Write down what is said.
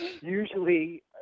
usually